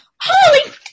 holy